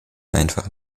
einfach